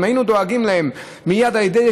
אם היינו דואגים להם מייד על ידי זה